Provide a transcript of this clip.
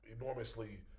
enormously